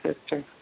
sister